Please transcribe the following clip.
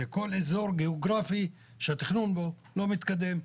בכל אזור גאוגרפי שהתכנון בו לא מתקדם.